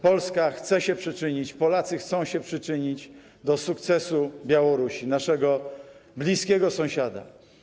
Polska chce się przyczynić, Polacy chcą się przyczynić do sukcesu Białorusi - naszego bliskiego sąsiada.